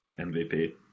MVP